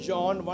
John